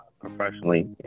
Professionally